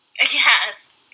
Yes